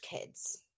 kids